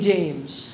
James